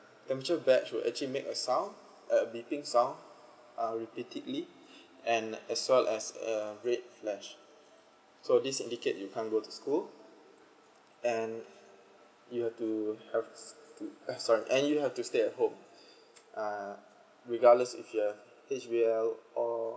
temperature batch will actually make a sounds a beeping sounds uh repeatedly and as well as uh red flash so this indicate you can't go to school and you have to have to ah sorry and you have to stay at home regardless uh if you're H_B_L or